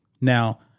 Now